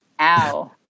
Ow